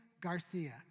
Garcia